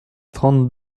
trente